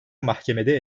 mahkemede